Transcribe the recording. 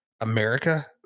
America